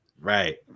Right